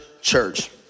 church